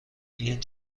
این